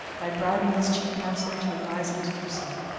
by bribing his chief counselor to advise him to do so.